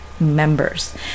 members